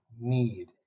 need